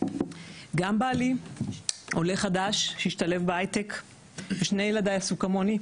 גם בעלי עולה חדש שהשתלב בהיי-טק ושני ילדי עשו כמוני,